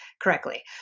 correctly